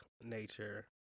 nature